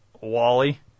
Wally